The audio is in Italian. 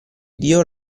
dio